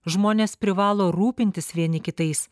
žmonės privalo rūpintis vieni kitais